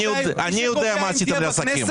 אני יודע מה עשיתם לעסקים.